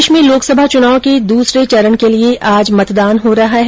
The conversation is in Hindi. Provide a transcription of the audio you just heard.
देश में लोकसभा च्नाव के दूसरे चरण के लिये आज मतदान हो रहा है